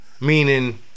meaning